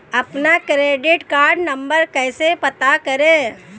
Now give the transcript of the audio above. अपना credit card number कैसे पता करें?